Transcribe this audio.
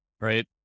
right